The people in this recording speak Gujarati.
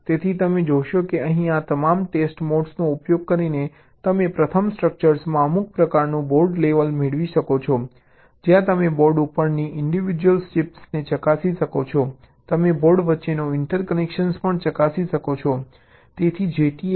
તેથી તમે જોશો કે અહીં આ તમામ ટેસ્ટ મોડ્સનો ઉપયોગ કરીને તમે પ્રથમ સ્ટ્રક્ચરમાં અમુક પ્રકારનું બોર્ડ લેવલ મેળવી શકો છો જ્યાં તમે બોર્ડ ઉપરની ઇન્ડિવિડ્યુઅલ ચિપ્સને ચકાસી શકો છો તમે બોર્ડ વચ્ચેના ઇન્ટરકનેક્શન પણ ચકાસી શકો છો